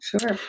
Sure